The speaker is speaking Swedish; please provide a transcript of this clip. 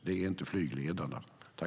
Det är inte flygledarna.